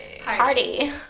Party